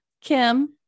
Kim